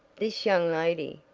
this young lady,